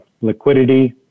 liquidity